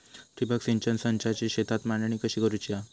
ठिबक सिंचन संचाची शेतात मांडणी कशी करुची हा?